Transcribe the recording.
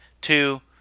Two